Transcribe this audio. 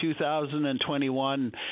2021